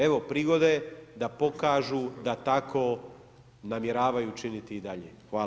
Evo prigode da pokažu da tako namjeravaju činiti i dalje.